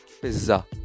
pizza